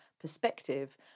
perspective